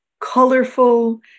colorful